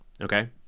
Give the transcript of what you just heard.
okay